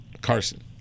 Carson